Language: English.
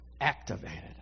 activated